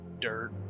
dirt